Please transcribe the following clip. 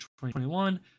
2021